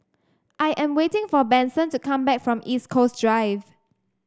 I am waiting for Benson to come back from East Coast Drive